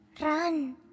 Run